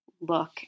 look